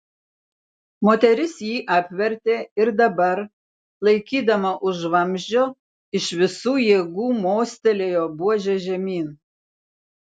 moteris jį apvertė ir dabar laikydama už vamzdžio iš visų jėgų mostelėjo buože žemyn